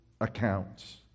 accounts